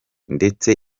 ndetse